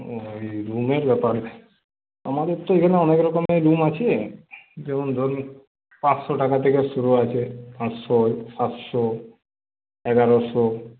ও এই রুমের ব্যাপারে আমাদের তো এখানে অনেকরকমের রুম আছে যেমন ধরুন পাঁচশো টাকা থেকে শুরু আছে পাঁচশো সাতশো এগারোশো